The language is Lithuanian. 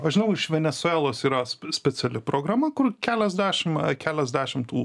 aš žinau iš venesuelos yra speciali programa kur keliasdešim keliasdešim tų